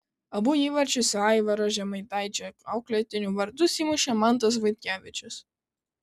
abu įvarčius į aivaro žemaitaičio auklėtinių vartus įmušė mantas vaitkevičius